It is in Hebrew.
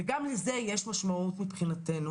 וגם לזה יש משמעות מבחינתנו.